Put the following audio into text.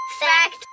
Fact